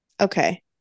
Okay